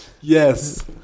Yes